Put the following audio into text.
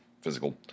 physical